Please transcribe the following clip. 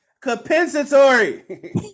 Compensatory